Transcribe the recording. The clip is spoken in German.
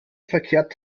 verkehrt